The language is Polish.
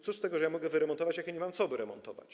Co z tego, że ja mogę wyremontować, jak ja nie mam czego wyremontować?